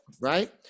Right